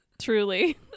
truly